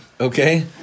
Okay